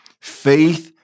faith